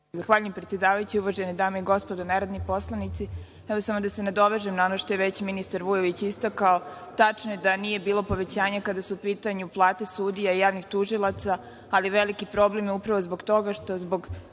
Zahvaljujem predsedavajući. Uvažene dame i gospodo narodni poslanici, evo samo da se nadovežem na ono što je već ministar Vujović istakao, tačno je da nije bilo povećanja kada su u pitanju plate sudija, javnih tužilaca, ali veliki problem je upravo zbog toga što zbog